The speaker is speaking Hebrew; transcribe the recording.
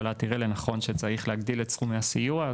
אם הממשלה תראה לנכון שצריך להגדיל את סכומי הסיוע,